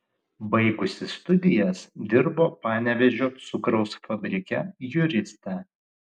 baigusi studijas dirbo panevėžio cukraus fabrike juriste